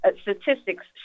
statistics